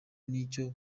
n’icyo